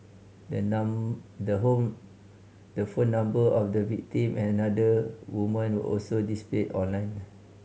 the the home the phone number of the victim another woman were also displayed on lines